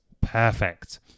Perfect